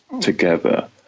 together